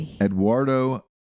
Eduardo